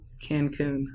Cancun